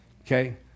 Okay